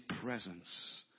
presence